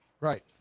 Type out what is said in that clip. Right